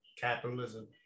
capitalism